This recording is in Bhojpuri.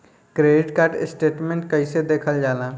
क्रेडिट कार्ड स्टेटमेंट कइसे देखल जाला?